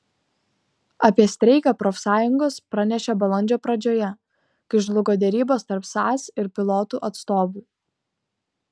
apie streiką profsąjungos pranešė balandžio pradžioje kai žlugo derybos tarp sas ir pilotų atstovų